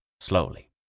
slowly